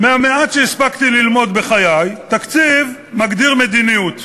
מהמעט שהספקתי ללמוד בחיי, תקציב מגדיר מדיניות,